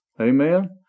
Amen